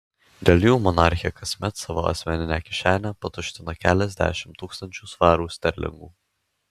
dėl jų monarchė kasmet savo asmeninę kišenę patuština keliasdešimt tūkstančių svarų sterlingų